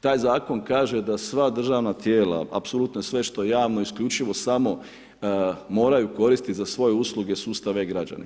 Taj zakon kaže da sva državna tijela, apsolutno sve što je javno isključivo samo mora koristiti za svoje usluge sustav e-građani.